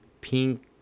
pink